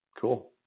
Cool